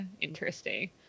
interesting